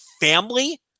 family